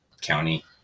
county